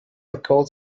occult